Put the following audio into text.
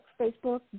Facebook